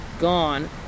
gone